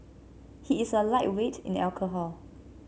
he is a lightweight in alcohol